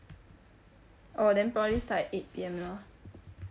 oh then probably start at eight P_M lor